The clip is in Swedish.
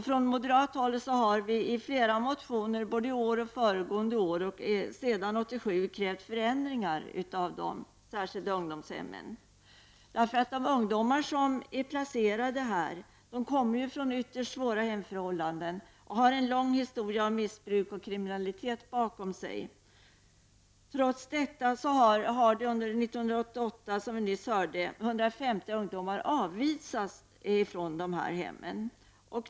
Från moderat håll har vi i flera motioner — i år och alla föregående år sedan 1987 — krävt förändringar när det gäller de särskilda ungdomshemmen. De ungdomar som är placerade i sådana hem kommer från ytterst svåra hemförhållanden och har en lång historia av missbruk och kriminalitet bakom sig. Trots detta har under 1988, som vi nyss hörde, 150 ungdomar avvisats från hemmen.